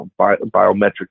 biometric